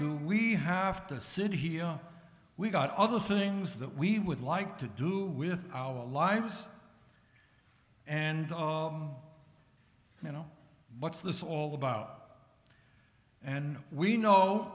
do we have to sit here we've got other things that we would like to do with our lives and you know what's this all about and we know